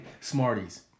Smarties